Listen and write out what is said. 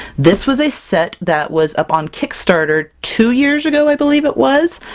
this was a set that was up on kickstarter two years ago, i believe it was,